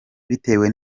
bitewe